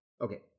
Okay